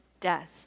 death